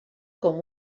com